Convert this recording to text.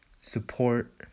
support